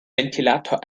ventilator